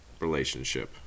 relationship